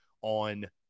on